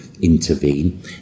intervene